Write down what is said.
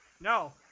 No